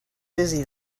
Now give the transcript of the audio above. busy